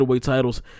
titles